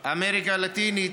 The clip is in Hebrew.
אמריקה הלטינית,